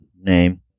name